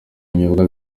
binyobwa